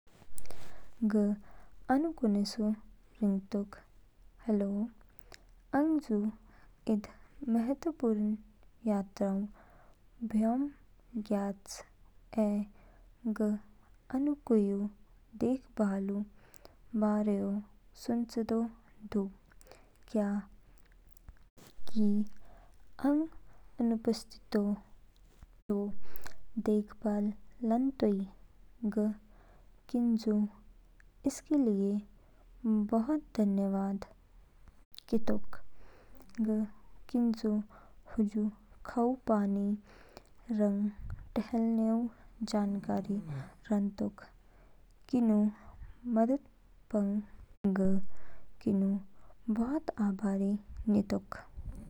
ग आनु कोनेसु रिंगतोक हैलो, आंगजू इद महत्वपूर्ण यात्रा बयोम ज्ञयाच ऐ ग आनु कुईऊ देखभालऊ बारेओ सुचेदो दू। क्या की अंग अनुपस्थितिऊ दो देखभाल लानतोई? ग किनजू इसके लिए बहुत धन्यवाद केतोक। ग किनजू हजू खाऊ पानी रंग टहलानेऊ जानकारी रानतोक। किनू मदद पंग ग किनके बहुत आभारी नितोक।